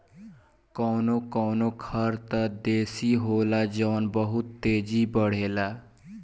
कवनो कवनो खर त देसी होला जवन बहुत तेजी बड़ेला